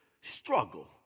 struggle